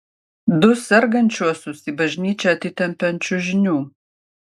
du sergančiuosius į bažnyčią atitempė ant čiužinių